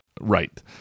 Right